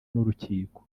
n’urukiko